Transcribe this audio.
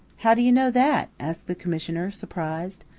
how do you know that? asked the commissioner, surprised.